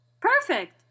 Perfect